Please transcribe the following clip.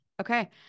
Okay